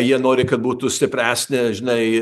jie nori kad būtų stipresnė žinai